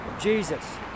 Jesus